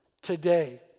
Today